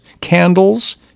candles